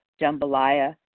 jambalaya